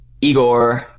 Igor